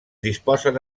disposen